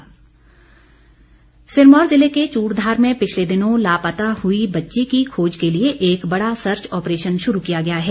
अभियान सिरमौर जिले के चूड़धार में पिछले दिनों लापता हुई बच्ची की खोज के लिए एक बड़ा सर्च ऑपरेशन शुरू किया गया है